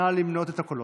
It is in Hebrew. נא למנות את הקולות.